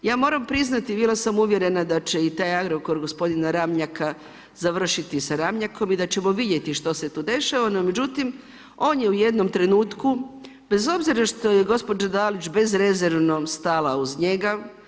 Ja moram priznati, bila sam uvjerena da će i taj Agrokor gospodina Ramljaka završiti sa Ramljakom i da ćemo vidjeti što se tu dešava, no međutim on je u jednom trenutku bez obzira što je gospođa Dalić bezrezervno stala uz njega.